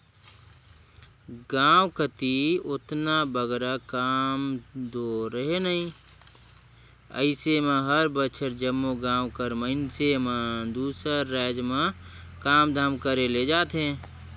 गाँव कती ओतना बगरा काम दो रहें नई अइसे में हर बछर जम्मो गाँव कर मइनसे मन दूसर राएज में काम धाम करे ले जाथें